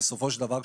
בסופו של דבר,